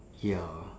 ya